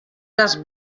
les